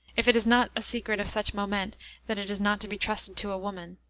if it is not a secret of such moment that it is not to be trusted to a woman